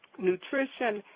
nutrition,